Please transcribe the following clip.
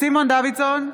סימון דוידסון,